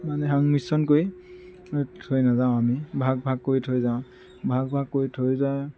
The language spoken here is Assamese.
মানে সংমিশ্ৰণ কৰি থৈ নাযাওঁ আমি ভাগ ভাগ কৰি থৈ যাওঁ ভাগ ভাগ কৰি থৈ যায়